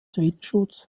windschutz